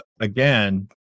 again